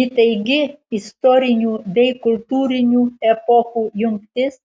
įtaigi istorinių bei kultūrinių epochų jungtis